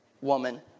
woman